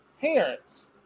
parents